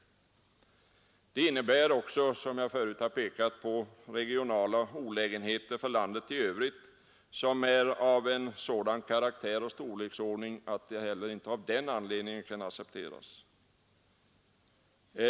Det innebär också, som jag förut har pekat på, regionala olägenheter för landet i övrigt av sådan karaktär och storleksordning att förslaget inte heller av den anledningen kan accepteras.